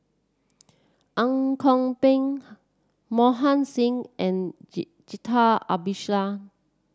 Ang Kok Peng Mohan Singh and Jacintha Abisheganaden